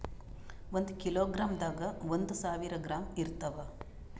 ಒಂದ್ ಕಿಲೋಗ್ರಾಂದಾಗ ಒಂದು ಸಾವಿರ ಗ್ರಾಂ ಇರತಾವ